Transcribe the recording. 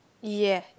ya